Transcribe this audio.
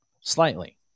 Slightly